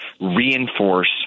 reinforce